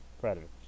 Predators